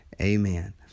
Amen